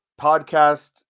podcast